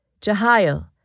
Jehiel